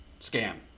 scam